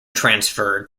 transferred